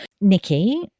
Nikki